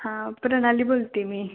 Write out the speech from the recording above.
हां प्रणाली बोलते आहे मी